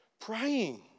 Praying